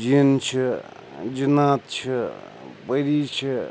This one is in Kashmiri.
جِن چھِ ٲں جِنات چھِ ٲں پٔری چھِ